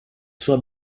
sua